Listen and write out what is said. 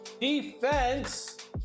defense